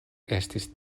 estis